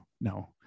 no